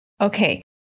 Okay